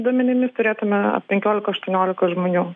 duomenimis turėtume penkiolika aštuoniolika žmonių